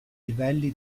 livelli